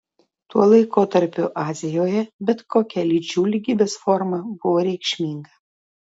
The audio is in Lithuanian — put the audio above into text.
tuo laikotarpiu azijoje bet kokia lyčių lygybės forma buvo reikšminga